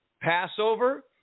passover